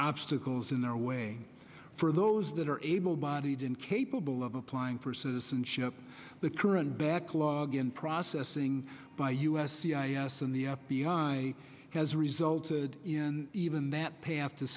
obstacles in their way for those that are able bodied incapable of applying for citizenship the current backlog in processing by u s c i s and the f b i has resulted in even that path to